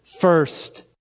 first